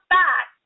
back